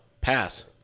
pass